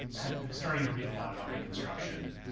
had been starting to read a lot about reconstruction,